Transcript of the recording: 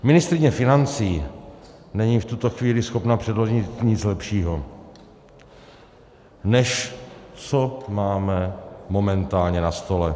Ministryně financí není v tuto chvíli schopna předložit nic lepšího, než co máme momentálně na stole.